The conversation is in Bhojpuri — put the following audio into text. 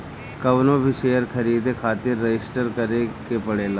कवनो भी शेयर खरीदे खातिर रजिस्टर करे के पड़ेला